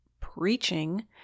preaching